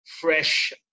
fresh